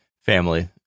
family